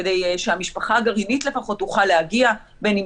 כדי שהמשפחה הגרעינית לפחות תוכל להגיע בין אם